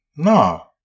No